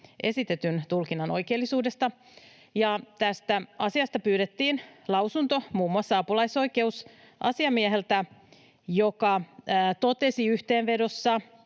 esitetyn tulkinnan oikeellisuudesta, ja tästä asiasta pyydettiin lausunto muun muassa apulaisoikeusasiamieheltä, joka totesi yhteenvedossa,